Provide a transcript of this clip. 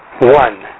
one